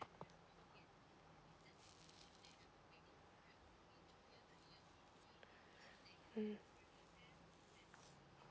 mm